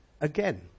again